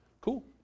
Cool